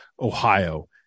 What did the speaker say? ohio